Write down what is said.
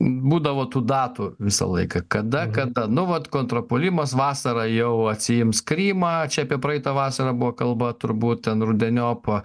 būdavo tų datų visą laiką kada kada nu vat kontrpuolimas vasarą jau atsiims krymą čia apie praeitą vasarą buvo kalba turbūt ten rudeniop